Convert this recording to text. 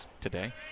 today